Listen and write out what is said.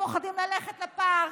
שפוחדים ללכת לפארק,